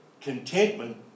contentment